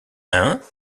hein